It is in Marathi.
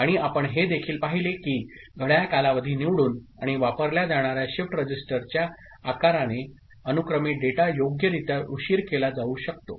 आणि आपण हे देखील पाहिले की घड्याळ कालावधी निवडून आणि वापरल्या जाणार्या शिफ्ट रजिस्टरच्या आकाराने अनुक्रमे डेटा योग्यरित्या उशीर केला जाऊ शकतो